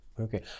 okay